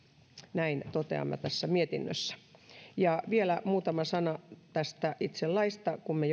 näin toteamme mietinnössä vielä muutama sana tästä itse laista kun me